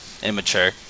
Immature